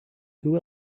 who